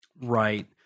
Right